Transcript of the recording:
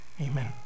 Amen